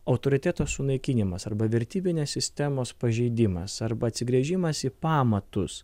autoriteto sunaikinimas arba vertybinės sistemos pažeidimas arba atsigręžimas į pamatus